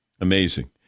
Amazing